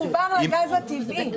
--- מחובר לגז הטבעי,